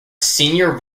senior